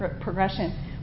progression